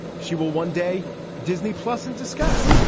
she will one day disney plus and discuss.